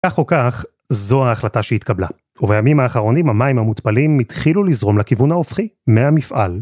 ‫כך או כך, זו ההחלטה שהתקבלה, ‫ובימים האחרונים המים המותפלים ‫התחילו לזרום לכיוון ההופכי מהמפעל